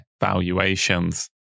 valuations